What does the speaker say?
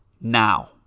Now